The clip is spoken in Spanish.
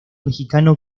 mexicano